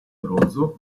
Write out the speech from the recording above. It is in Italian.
bronzo